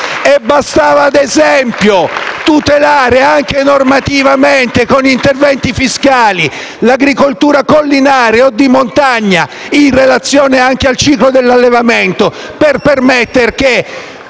Bastava - ad esempio - tutelare, anche normativamente, con interventi fiscali, l'agricoltura collinare o di montagna, in relazione anche al ciclo dell'allevamento, per permettere che